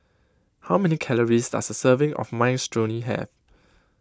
how many calories does a serving of Minestrone have